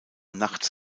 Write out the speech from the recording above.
nachts